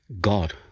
God